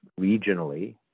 regionally